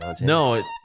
No